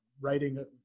writing